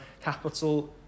capital